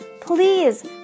please